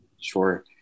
Sure